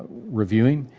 reviewing,